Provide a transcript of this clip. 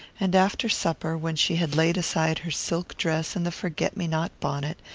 and after supper, when she had laid aside her silk dress and the forget-me-not bonnet,